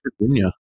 Virginia